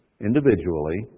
individually